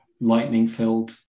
lightning-filled